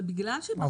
אבל בגלל שהם בחרו.